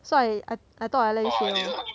so I I I thought I let you say lor